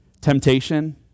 temptation